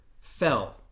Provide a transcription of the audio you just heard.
fell